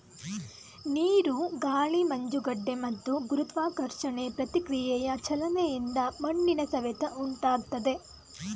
ನೀರು ಗಾಳಿ ಮಂಜುಗಡ್ಡೆ ಮತ್ತು ಗುರುತ್ವಾಕರ್ಷಣೆ ಪ್ರತಿಕ್ರಿಯೆಯ ಚಲನೆಯಿಂದ ಮಣ್ಣಿನ ಸವೆತ ಉಂಟಾಗ್ತದೆ